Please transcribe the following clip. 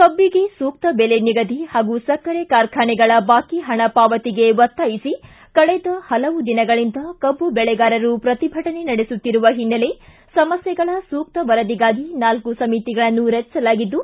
ಕಬ್ಲಿಗೆ ಸೂಕ್ತ ಬೆಲೆ ನಿಗದಿ ಹಾಗೂ ಸಕ್ಕರೆ ಕಾರ್ಖಾನೆಗಳ ಬಾಕಿ ಹಣ ಪಾವತಿಗೆ ಒತ್ತಾಯಿಸಿ ಕಳೆದ ಹಲವು ದಿನಗಳಿಂದ ಕಬ್ಬು ಬೆಳೆಗಾರರು ಪ್ರತಿಭಟನೆ ನಡೆಸುತ್ತಿರುವ ಹಿನ್ನೆಲೆ ಸಮಸ್ಯೆಗಳ ಸೂಕ್ತ ವರದಿಗಾಗಿ ನಾಲ್ಲು ಸಮಿತಿಗಳನ್ನು ರಚಿಸಲಾಗಿದ್ದು